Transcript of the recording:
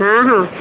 ହଁ ହଁ